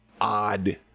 odd